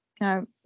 No